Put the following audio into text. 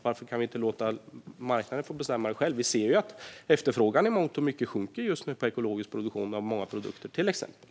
Varför kan vi inte låta marknaden få bestämma själv? Vi ser ju till exempel att efterfrågan på ekologisk produktion just nu sjunker för många produkter.